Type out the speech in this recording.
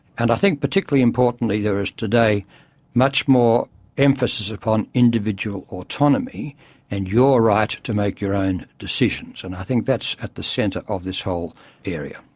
and i think particularly importantly there is today much more emphasis upon individual autonomy and your right to make your own decisions. and i think that's at the centre of this whole area.